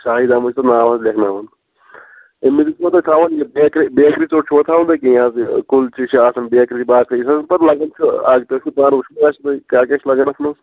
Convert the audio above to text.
شاھِد احمَد چھُ ناو حظ لیکھناوُن اَمہِ مزیٖد چھِوا تُہۍ تھاوان یہِ بیکری بیکری ژوٚٹ چھُِوا تھاوان کیٚنٛہہ حظ یہِ کُلچہِ چھِ آسان بیکری باقٕے یِم پَتہٕ لگان چھِ اَزکل چھِ زیادٕ وُشنیر تہٕ کیٛاہ کیٛاہ چھُ لَگان اَتھ منٛز